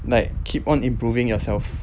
like keep on improving yourself